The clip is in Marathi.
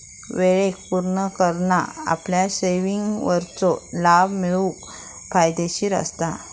वेळेक पुर्ण करना आपल्या सेविंगवरचो लाभ मिळवूक फायदेशीर असता